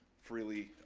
freely.